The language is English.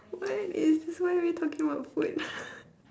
what is why are we talking about food